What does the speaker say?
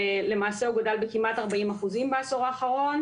הוא גדל בכמעט 40% בעשור האחרון,